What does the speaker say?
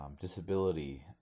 disability